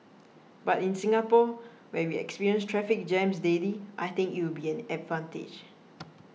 but in Singapore where we experience traffic jams daily I think it will be an advantage